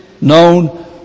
known